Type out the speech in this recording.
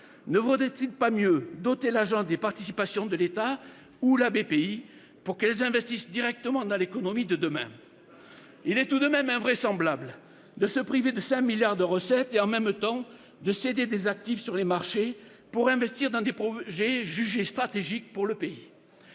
ne vaudrait-il pas mieux doter l'Agence des participations de l'État ou la Banque publique d'investissement, la BPI, pour qu'elles investissent directement dans l'économie de demain ? Eh oui ! Il est tout de même invraisemblable de se priver de 5 milliards d'euros de recettes et, en même temps, de céder des actifs sur les marchés pour investir dans des projets jugés stratégiques pour le pays